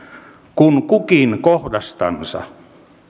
kun kukin kohdastansa